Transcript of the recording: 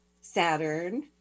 Saturn